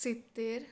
સિત્તેર